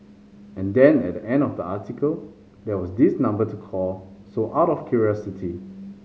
and then at the end of the article there was this number to call so out of curiosity